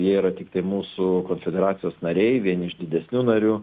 jie yra tiktai mūsų konfederacijos nariai vieni iš didesnių narių